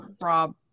Rob